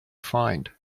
find